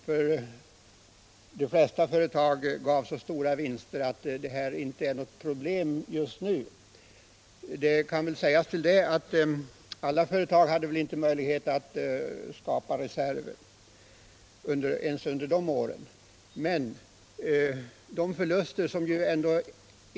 För tryggheten i anställningen tror jag inte det är någon större skillnad om man ändrar mellan sex och tio år när det gäller förlustutjämning.